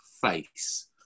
face